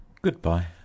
Good-bye